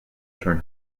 turn